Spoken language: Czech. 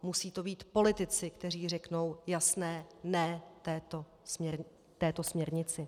Musí to být politici, kteří řeknou jasné ne této směrnici.